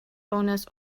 owners